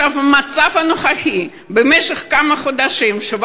המצב הנוכחי הוא שבמשך כמה חודשים 17